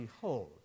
Behold